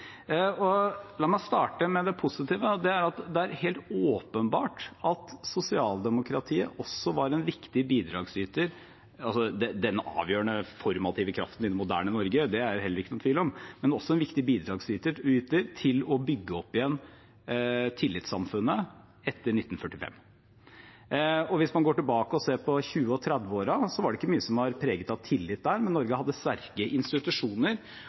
La meg starte med det positive. Det er helt åpenbart at sosialdemokratiet også var en viktig bidragsyter – den avgjørende formative kraften i det moderne Norge, det er det heller ikke noen tvil om – til å bygge opp igjen tillitssamfunnet etter 1945. Hvis man går tilbake og ser på 1920- og 1930-årene, var det ikke mye som var preget av tillit da, men Norge hadde sterke institusjoner